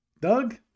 Doug